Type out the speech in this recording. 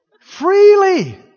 Freely